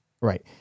right